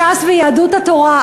ש"ס ויהדות התורה?